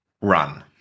run